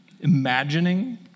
imagining